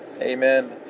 Amen